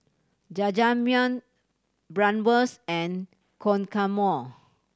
Jajangmyeon Bratwurst and Guacamole